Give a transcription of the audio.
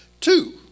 two